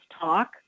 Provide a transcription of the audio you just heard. talk